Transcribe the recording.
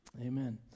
Amen